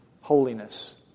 holiness